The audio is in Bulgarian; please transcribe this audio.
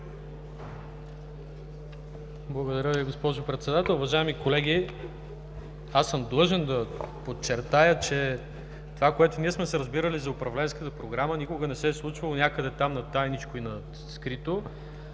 Благодаря Ви, госпожо Председател. Уважаеми колеги, аз съм длъжен да подчертая, че това, което ние сме се разбирали за Управленската програма, никога не се е случвало някъде там на тайничко и на скрито.